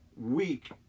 week